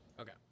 Okay